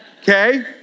okay